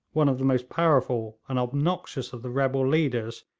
one of the most powerful and obnoxious of the rebel leaders,